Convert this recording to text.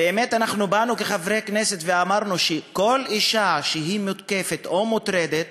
באמת אנחנו באנו כחברי כנסת ואמרנו שכל אישה שמותקפת או מוטרדת,